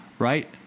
Right